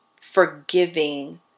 forgiving